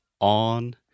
on